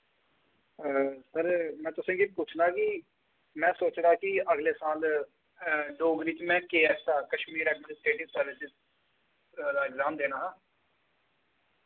sir में तुसें कि पूछना कि में सोचेदा की अगले साल डोगरी च में केएस दा कश्मीर एडमिनिस्ट्रेटिव सर्विस दा एग्जाम देना हा